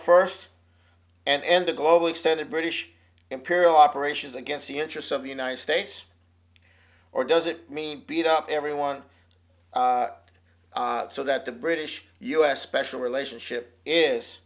first and a global extended british imperial operations against the interests of the united states or does it mean beat up everyone so that the british u s special relationship is